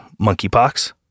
monkeypox